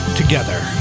together